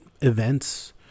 events